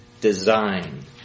design